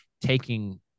taking